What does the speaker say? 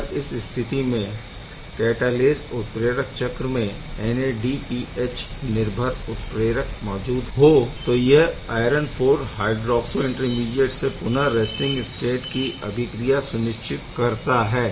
अगर इस स्थिति में कैटालेस उत्प्रेरक चक्र में NADPH निर्भर उत्प्रेरक मौजूद हो तो यह आयरन 4 हायड्रोऑक्सो ईंटरमीडीएट से पुनः रैस्टिंग स्टेट की अभिक्रिया सुनिश्चित करता है